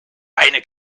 eine